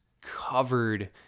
covered